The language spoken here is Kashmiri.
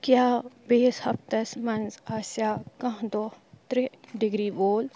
کیٛاہ بیٚیِس ہَفتَس منٛز آسیٛا کانٛہہ دۄہ ترٛےٚ ڈِگری وول